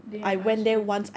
they have ice cream